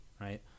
right